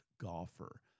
golfer